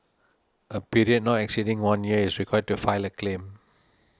a period not exceeding one year is required to file a claim